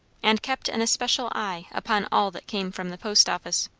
and kept an especial eye upon all that came from the post office.